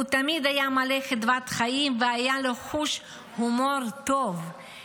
הוא תמיד היה מלא חדוות חיים והיה לו חוש הומור טוב,